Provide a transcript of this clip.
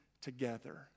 together